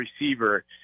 receiver